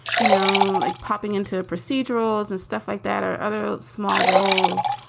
you know, like popping into procedurals and stuff like that or other small roles.